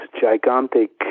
gigantic